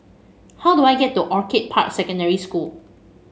how do I get to Orchid Park Secondary School